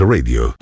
Radio